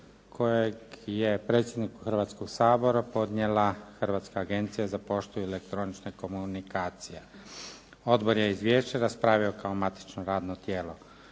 koje je predsjedniku Hrvatskog sabora podnijela Hrvatska agencija za poštu i elektroničke komunikacije. Odbor je izvješće raspravio kao matično radno tijelo.